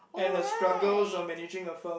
and her struggles of managing her firm